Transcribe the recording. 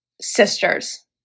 sisters